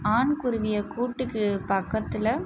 ஆண் குருவியை கூட்டுக்கு பக்கத்தில்